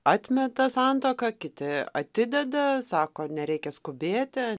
atmeta santuoką kiti atideda sako nereikia skubėti